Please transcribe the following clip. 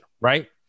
right